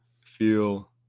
feel